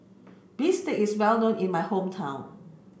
Bistake is well known in my hometown